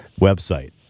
website